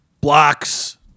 Blocks